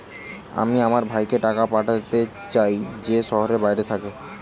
আমি আমার ভাইকে টাকা পাঠাতে চাই যে শহরের বাইরে থাকে